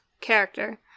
character